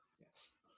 Yes